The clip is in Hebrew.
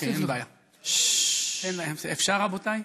אפשר, רבותיי?